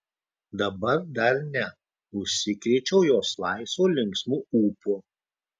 dabar dar ne užsikrėčiau jos laisvu linksmu ūpu